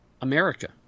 America